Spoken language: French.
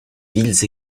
villes